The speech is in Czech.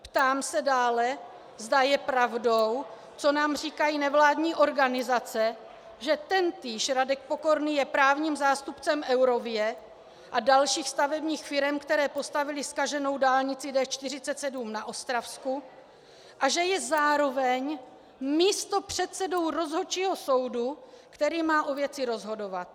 Ptám se dále, zda je pravdou, co nám říkají nevládní organizace, že tentýž Radek Pokorný je právním zástupcem Eurovie a dalších stavebních firem, které postavily zkaženou dálnici D47 na Ostravsku, a že je zároveň místopředsedou rozhodčího soudu, který má o věci rozhodovat.